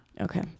Okay